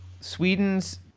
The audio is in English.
Sweden's